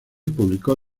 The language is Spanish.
publicó